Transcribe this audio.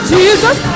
Jesus